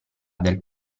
del